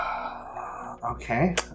Okay